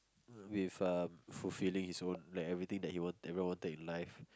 with a fulfilling his own like everything he wanted that everyone wanted in life